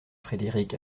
frederick